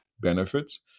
benefits